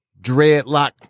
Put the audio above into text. Dreadlock